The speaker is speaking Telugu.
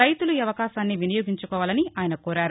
రైతులు ఈ అవకాశాన్ని వినియోగించుకోవాలని ఆయన కోరారు